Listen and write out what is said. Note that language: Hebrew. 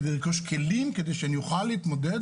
כדי לרכוש כלים כדי שאני אוכל להתמודד